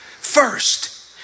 first